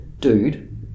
dude